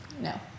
No